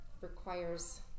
requires